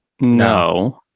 No